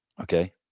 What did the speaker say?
Okay